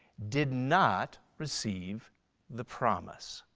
did not receive the promise.